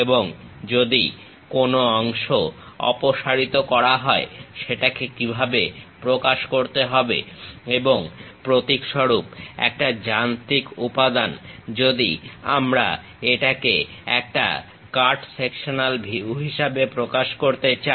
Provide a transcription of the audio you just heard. এবং যদি কোন অংশ অপসারিত করা হয় সেটাকে কিভাবে প্রকাশ করতে হবে এবং প্রতীক স্বরূপ একটা যান্ত্রিক উপাদান যদি আমরা এটাকে একটা কাট সেকশনাল ভিউ হিসাবে প্রকাশ করতে চাই